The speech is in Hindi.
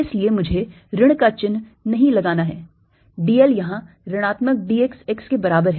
इसलिए मुझे ऋण का चिह्न नहीं लगाना है dl यहां ऋणात्मक dx x के बराबर है